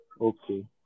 Okay